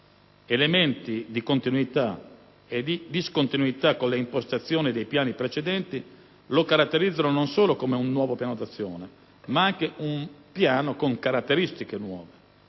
Elementi di continuità e di discontinuità con le impostazioni dei Piani precedenti lo caratterizzano non solo come un nuovo Piano d'azione, ma come un Piano con caratteristiche nuove.